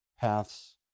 paths